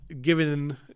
given